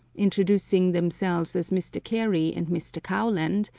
introducing themselves as mr. carey and mr. kowland,